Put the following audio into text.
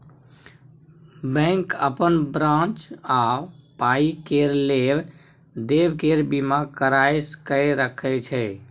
bank अपन branch आ पाइ केर लेब देब केर बीमा कराए कय राखय छै